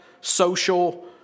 social